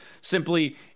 simply